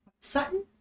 Sutton